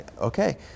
okay